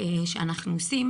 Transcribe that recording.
שאנחנו עושים.